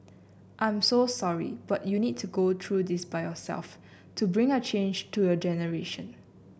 I'm so sorry but you need to go through this by yourself to bring a change to your generation